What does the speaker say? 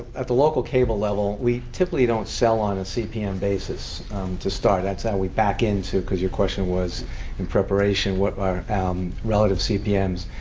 at the local cable level, we typically don't sell on a cpm basis to start. that's how we back in to, because your question was in preparation, what are um relative cpms.